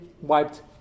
wiped